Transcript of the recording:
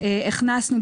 הכנסנו,